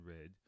red